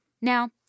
Now